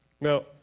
Now